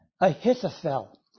Ahithophel